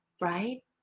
right